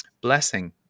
blessing